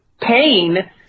pain